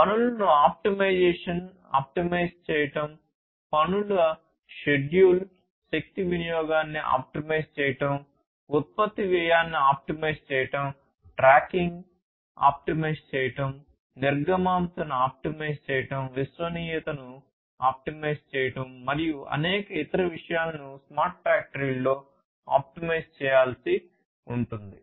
పనులను optimisation optimise చేయడం పనుల షెడ్యూల్ ఆప్టిమైజ్ చేయడం మరియు అనేక ఇతర విషయాలను స్మార్ట్ ఫ్యాక్టరీలో ఆప్టిమైజ్ చేయాల్సి ఉంటుంది